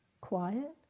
quiet